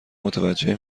متوجه